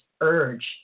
urge